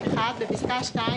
(1) בפסקה (2),